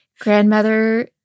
grandmother